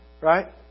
Right